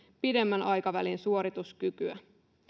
pidemmän aikavälin suorituskykyä